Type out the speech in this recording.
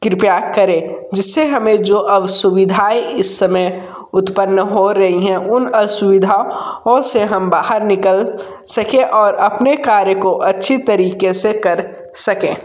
कृपया करें जिससे हमें जो अवसुविधाएँ इस समय उत्पन्न हो रही हैं उन असुविधा ओं से हम बाहर निकल सकें और अपने कार्य को अच्छी तरीक़े से कर सकें